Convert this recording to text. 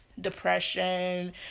depression